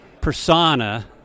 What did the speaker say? persona